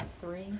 Three